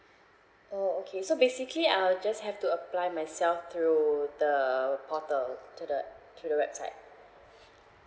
oh okay so basically I will just have to apply myself through the portal to the through the website